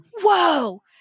whoa